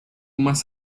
más